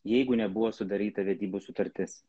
jeigu nebuvo sudaryta vedybų sutartis